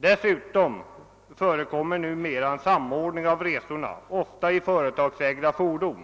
Dessutom förekommer numera en samordning av resorna, ofta i företagsägda fordon,